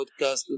podcast